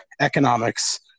economics